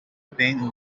vain